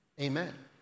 Amen